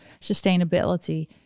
sustainability